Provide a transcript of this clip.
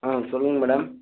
ஆ சொல்லுங்கள் மேடம்